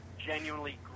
genuinely